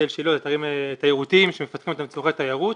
בית אל ושילה הם אתרים תיירותיים שמפתחים אותם לצרכי תיירות,